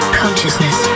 consciousness